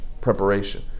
preparation